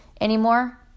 anymore